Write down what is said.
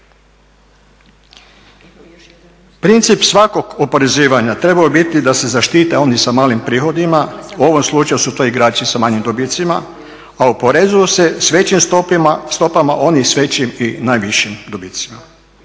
Princip svakog oporezivanja trebao bi biti da se zaštite oni sa malim prihodima, u ovom slučaju su to igrači sa manjim dobitcima, a oporezuju se sa većim stopama, oni s većim i najvišim dobitcima.